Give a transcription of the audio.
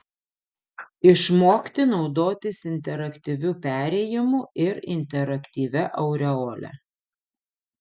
išmokti naudotis interaktyviu perėjimu ir interaktyvia aureole